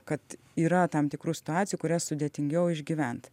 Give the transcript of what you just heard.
kad yra tam tikrų situacijų kurias sudėtingiau išgyvent